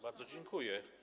Bardzo dziękuję.